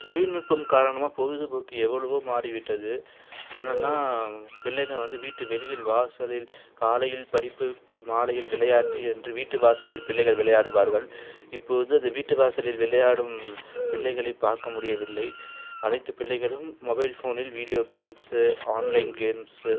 தொழில் நுட்பம் காரணமாக பொழுதுபோக்கு எவ்வளவோ மாறிவிட்டது முன்னெல்லாம் பிள்ளைங்கள் வந்து வீட்டு வெளியில் வாசலில் காலையில் படிப்பு மாலையில் விளையாட்டு என்று வீட்டு வாசலில் பிள்ளைகள் விளையாடுவார்கள் இப்போது அது வீட்டு வாசலில் விளையாடும் பிள்ளைகளை பார்க்க முடியவில்லை அனைத்து பிள்ளைகளும் மொபைல் ஃபோனில் வீடியோ கேம்ஸ் ஆன்லைன் கேம்ஸ்